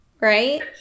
right